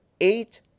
eight